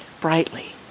brightly